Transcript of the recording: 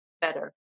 better